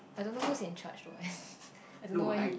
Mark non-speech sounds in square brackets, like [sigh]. I don't know who's in charge though [laughs] I don't know where he